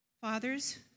Fathers